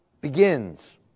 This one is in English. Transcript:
begins